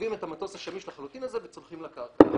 עוזבים את המטוס השמיש לחלוטין הזה וצונחים לקרקע.